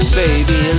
baby